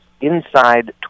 inside